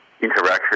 interaction